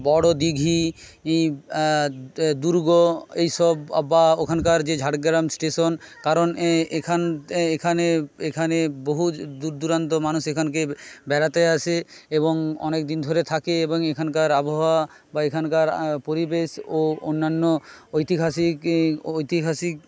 বড়ো দীঘি দুর্গ এই সব বা ওখানকার যে ঝাড়গ্রাম স্টেশন কারণ এখান এখানে এখানে বহু দূর দূরান্ত মানুষ এখানকে বেড়াতে আসে এবং অনেক দিন ধরে থাকে এবং এখানকার আবহাওয়া বা এখানকার পরিবেশ ও অন্যান্য ঐতিহাসিক ঐতিহাসিক